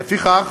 ולפיכך,